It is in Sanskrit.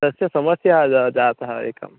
तस्य समस्या जा जाता एका